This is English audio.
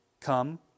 come